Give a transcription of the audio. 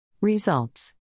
Results